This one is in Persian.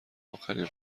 آخرین